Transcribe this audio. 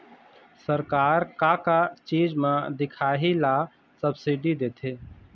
सरकार का का चीज म दिखाही ला सब्सिडी देथे?